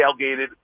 tailgated